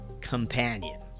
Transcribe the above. companion